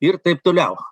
ir taip toliau